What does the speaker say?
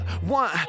one